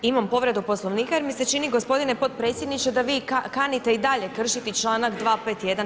Imam povredu Poslovnika jer mi se čini gospodine potpredsjedniče da vi kanite i dalje kršiti članak 251.